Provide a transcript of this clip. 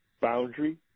boundary